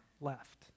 left